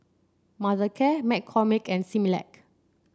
Mothercare McCormick and Similac